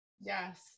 Yes